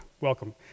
welcome